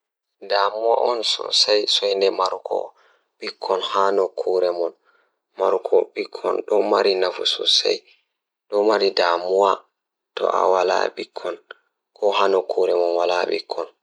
Ko woni sabu wooro ngal, ɓe njifti goɗɗe e laamɗe ngal. Ko fowru sabu rewɓe ɓe waawi sabu laamɗe ngal e no ndiyam jeyɓe ɓe waɗi. Kadi sabu rewɓe waɗi laawol ngal waɗde, ɗum no nguurndam ngal e laamɗe.